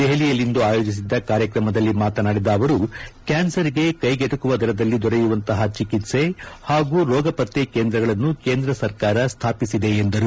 ದೆಹಲಿಯಲ್ಲಿಂದು ಆಯೋಜಿಸಿದ್ದ ಕಾರ್ಯಕ್ರಮದಲ್ಲಿ ಮಾತನಾಡಿದ ಅವರು ಕ್ಯಾನ್ಸರ್ಗೆ ಕ್ಕೆಗೆಟುಕುವ ದರದಲ್ಲಿ ದೊರೆಯುವಂತಹ ಚಿಕಿತ್ಸೆ ಹಾಗೂ ರೋಗ ಪತ್ತೆ ಕೇಂದ್ರಗಳನ್ನು ಕೇಂದ್ರ ಸರ್ಕಾರ ಸ್ವಾಪಿಸಿದೆ ಎಂದರು